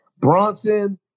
Bronson